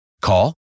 Call